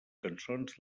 cançons